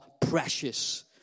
precious